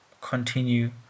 continue